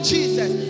Jesus